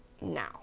now